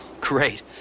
Great